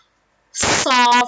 soft